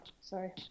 sorry